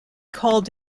called